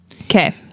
Okay